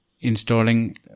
installing